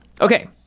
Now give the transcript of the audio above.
Okay